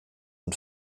und